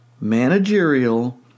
managerial